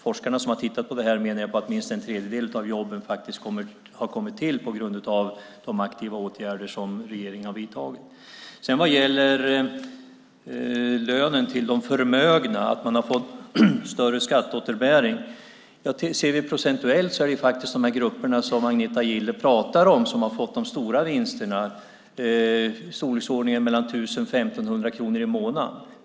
Forskare som har tittat på det här menar att minst en tredjedel av jobben har kommit till på grund av de aktiva åtgärder som regeringen har vidtagit. Vad gäller lönen till de förmögna, att de har fått större skatteåterbäring, är det procentuellt de grupper som Agneta Gille pratar om som har fått de stora vinsterna, mellan 1 000 och 1 500 kronor i månaden.